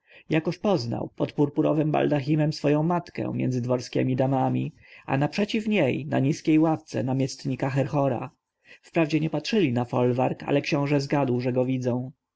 jakoż poznał pod purpurowym baldachimem swoją matkę między dworskiemi damami a naprzeciw niej na niskiej ławce namiestnika herhora wprawdzie nie patrzyli na folwark ale książę zgadł że go widzą